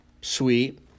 sweet